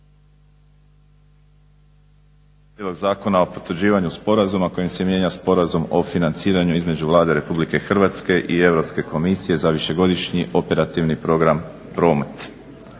Hrvatske i Europske komisije kojim se mijenja Sporazum o financiranju između Vlade Republike Hrvatske i Europske komisije za višegodišnji operativni Program "Promet"